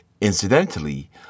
Incidentally